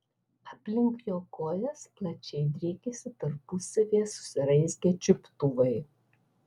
aplink jo kojas plačiai driekėsi tarpusavyje susiraizgę čiuptuvai